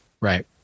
Right